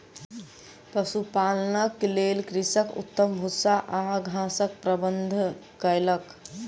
पशुपालनक लेल कृषक उत्तम भूस्सा आ घासक प्रबंध कयलक